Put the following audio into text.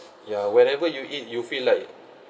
yeah wherever you eat you feel like